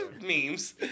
memes